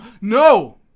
no